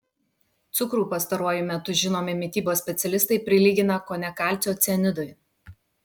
cukrų pastaruoju metu žinomi mitybos specialistai prilygina kone kalcio cianidui